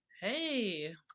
Hey